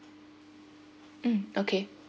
mm okay